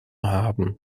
haben